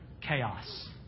Chaos